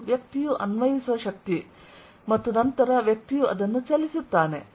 ಇದು ವ್ಯಕ್ತಿಯು ಅನ್ವಯಿಸುವ ಶಕ್ತಿ ಮತ್ತು ನಂತರ ವ್ಯಕ್ತಿಯು ಅದನ್ನು ಚಲಿಸುತ್ತಾನೆ